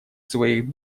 своих